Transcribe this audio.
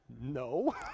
No